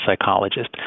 psychologist